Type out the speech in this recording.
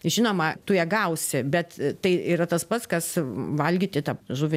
žinoma tu ją gausi bet tai yra tas pats kas valgyti tą žuvį